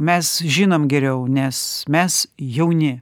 mes žinom geriau nes mes jauni